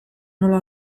nola